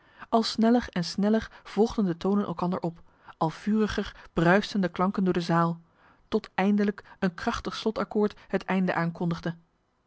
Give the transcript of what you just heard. al sneller en sneller volgden de tonen elkander op al vuriger bruisten de klanken door de zaal tot eindelijk een krachtig slotaccoord het einde aankondigde